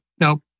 nope